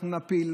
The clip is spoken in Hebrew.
אנחנו נפיל,